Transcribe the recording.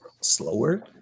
slower